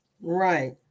Right